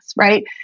right